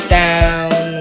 down